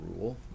rule